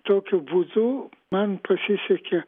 tokiu būdu man pasisekė